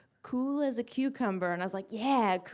cool as a cucumber. and i was like, yeah,